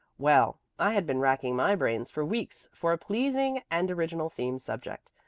well, i had been racking my brains for weeks for a pleasing and original theme subject.